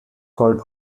called